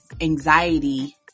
anxiety